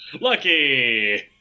Lucky